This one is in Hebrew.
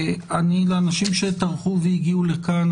לאנשים שטרחו והגיעו לכאן,